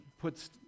puts